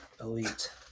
Elite